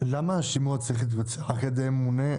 למה השימוע צריך להתבצע רק על ידי ממונה,